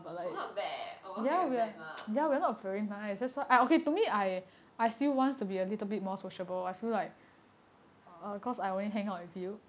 我们很 bad leh 我们会很 bad mah